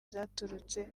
zaturutse